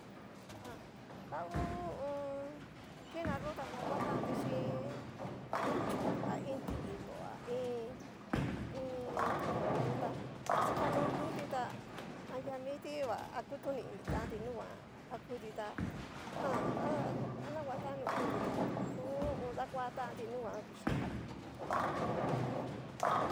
Hu u ummm jan ta ngu ho o on. tina yo ta n ngutanti chin. iin chón a iin ti'ilo, a iin iin tikolo yo'o tá, axikano nruti tá, anriamiti va akutoni initanti a nrunguan, akuti tá jan anaguatán nru uu tí tá ku. dakuatanti nunguan kuchi kati.